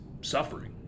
suffering